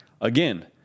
Again